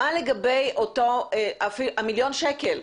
מה לגבי המיליון שקל?